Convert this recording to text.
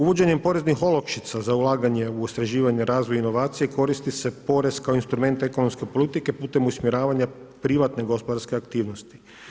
Uvođenjem poreznih olakšica za ulaganje u istraživanje, razvoj i inovacije koristi se porez kao instrument ekonomske politike putem usmjeravanja privatne gospodarske aktivnosti.